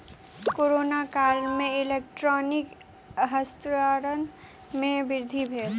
corona काल में electronic हस्तांतरण में वृद्धि भेल